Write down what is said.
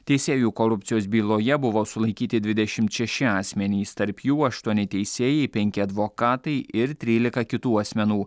teisėjų korupcijos byloje buvo sulaikyti dvidešimt šeši asmenys tarp jų aštuoni teisėjai penki advokatai ir trylika kitų asmenų